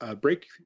break